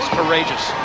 courageous